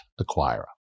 acquirer